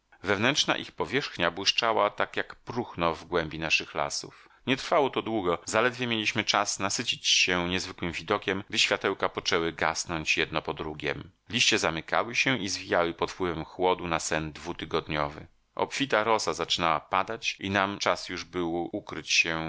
wewnętrzna ich powierzchnia błyszczała tak jak próchno w głębi naszych lasów nie trwało to długo zaledwie mieliśmy czas nasycić się niezwykłym widokiem gdy światełka poczęły gasnąć jedno po drugiem liście zamykały się i zwijały pod wpływem chłodu na sen dwutygodniowy obfita rosa zaczynała padać i nam czas już był ukryć się